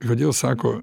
kodėl sako